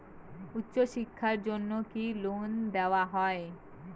উচ্চশিক্ষার জন্য কি লোন দেওয়া হয়?